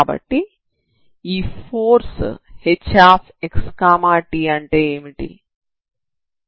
కాబట్టి ఈ force hxt అంటే ఏమిటి